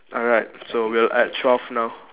alright so we're at twelve now